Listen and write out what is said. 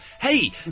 Hey